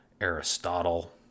Aristotle